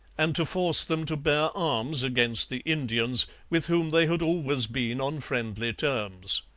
and to force them to bear arms against the indians, with whom they had always been on friendly terms.